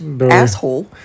asshole